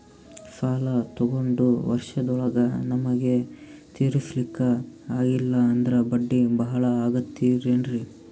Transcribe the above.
ಸಾಲ ತೊಗೊಂಡು ವರ್ಷದೋಳಗ ನಮಗೆ ತೀರಿಸ್ಲಿಕಾ ಆಗಿಲ್ಲಾ ಅಂದ್ರ ಬಡ್ಡಿ ಬಹಳಾ ಆಗತಿರೆನ್ರಿ?